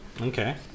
Okay